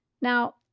Now